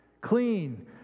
clean